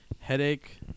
Headache